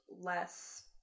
less